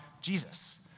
Jesus